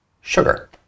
sugar